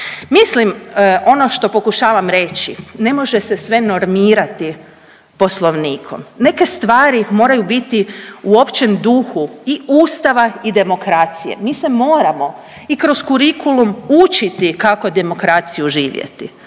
Mislim, ono što pokušavam reći. Ne može se sve normirati Poslovnikom. Neke stvari moraju biti u općem duhu i Ustava i demokracije. Mi se moramo i kroz kurikulum učiti kako demokraciju živjeti.